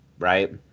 Right